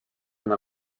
una